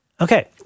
Okay